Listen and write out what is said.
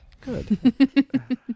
Good